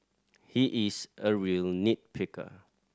he is a real nit picker